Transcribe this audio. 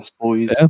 boys